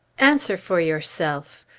answer for yourself.